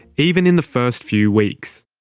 even in the first few weeks.